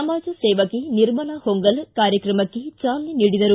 ಸಮಾಜ ಸೇವಕಿ ನಿರ್ಮಲಾ ಹೊಂಗಲ ಕಾರ್ಯಕ್ರಮಕ್ಕೆ ಚಾಲನೆ ನೀಡಿದರು